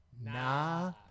Nah